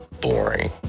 boring